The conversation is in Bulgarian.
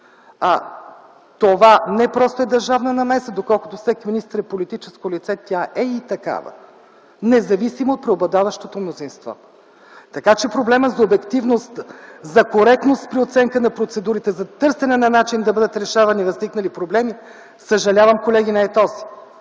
Това не просто е държавна намеса, доколкото всеки министър е политическо лице, тя е и такава, независимо от преобладаващото мнозинство. Така че проблемът за обективност, за коректност при оценка на процедурите, за търсене на начин да бъдат решавани възникнали проблеми, съжалявам, колеги, не е